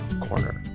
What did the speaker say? corner